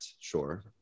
sure